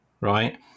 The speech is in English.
right